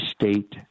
state